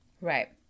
Right